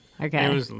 Okay